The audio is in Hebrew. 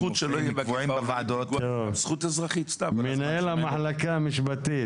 מי שותף איתם לטיסה,